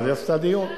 אז היא עשתה דיון.